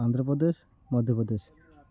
Andhra Pradesh Madhya Pradesh